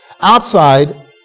Outside